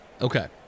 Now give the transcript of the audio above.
Okay